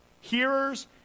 Hearers